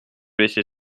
laisser